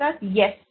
Yes